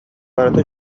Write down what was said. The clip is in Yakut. барыта